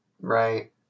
Right